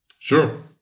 Sure